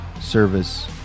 service